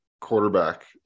quarterback